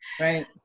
Right